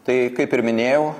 tai kaip ir minėjau